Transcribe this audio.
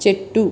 చెట్టు